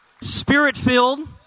spirit-filled